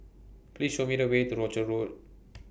Please Show Me The Way to Rochor Road